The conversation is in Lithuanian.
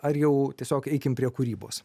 ar jau tiesiog eikim prie kūrybos